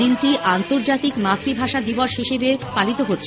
দিনটি আন্তর্জাতিক মাতৃভাষা দিবস হিসাবে পালিত হচ্ছে